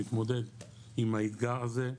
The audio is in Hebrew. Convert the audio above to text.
מתמודד עם האתגר הזה,